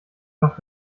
doch